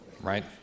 right